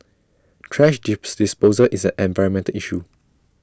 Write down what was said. thrash dips disposal is an environmental issue